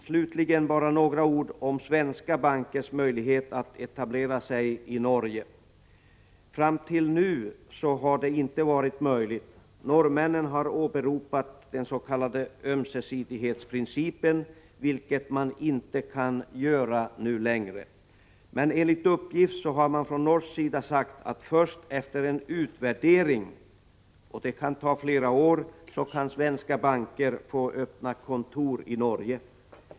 Slutligen vill jag säga några ord om svenska bankers möjlighet att etablera sig i Norge. Fram till nu har sådan etablering inte varit möjlig. Norrmännen har åberopat den s.k. ömsesidighetsprincipen, vilket man inte kan göra nu längre. Men enligt uppgift har man från norsk sida sagt att svenska banker först efter en utvärdering, som kan ta flera år, kan få öppna kontor i Norge.